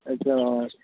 अच्छा बाहर